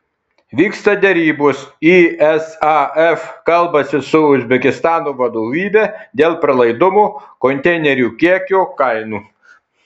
vyksta derybos isaf kalbasi su uzbekistano vadovybe dėl pralaidumo konteinerių kiekio kainų